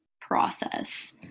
process